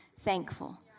thankful